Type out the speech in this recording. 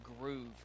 groove